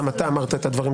גם אתה אמרת את הדברים,